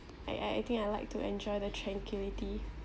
I I I think I like to enjoy the tranquillity